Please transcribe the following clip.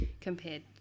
compared –